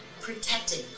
protecting